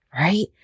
right